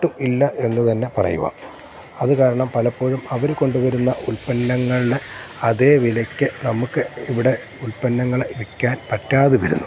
ഒട്ടും ഇല്ല എന്ന് തന്നെ പറയുവാൻ അത് കാരണം പലപ്പോഴും അവർ കൊണ്ട് വരുന്ന ഉൽപ്പന്നങ്ങളുടെ അതേ വിലയ്ക്ക് നമുക്ക് ഇവിടെ ഉല്പന്നങ്ങൾ വിൽക്കാൻ പറ്റാതെ വരുന്നു